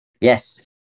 yes